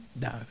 No